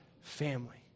family